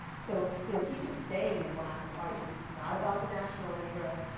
so, you know he is just saying in black and white, this is not about the national interest.